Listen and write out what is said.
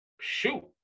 shoot